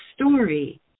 story